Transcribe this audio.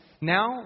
Now